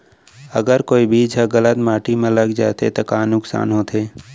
अगर कोई बीज ह गलत माटी म लग जाथे त का नुकसान होथे?